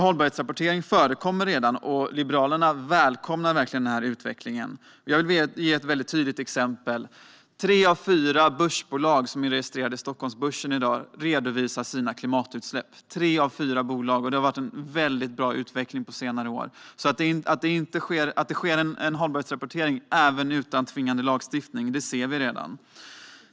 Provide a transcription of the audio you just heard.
Hållbarhetsrapportering förekommer redan, och Liberalerna välkomnar verkligen den utvecklingen, och jag ska ge ett väldigt tydligt exempel. Tre av fyra bolag som är registrerade på Stockholmsbörsen i dag redovisar sina klimatutsläpp. Det har varit en väldigt bra utveckling under senare år. Att det sker en hållbarhetsrapportering även utan tvingande lagstiftning ser vi redan.